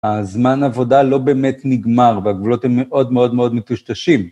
הזמן עבודה לא באמת נגמר והגבולות הם מאוד מאוד מאוד מטושטשים.